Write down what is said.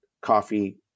coffee